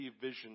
vision